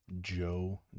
Joe